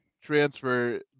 transfer